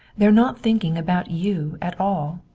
they're not thinking about you at all.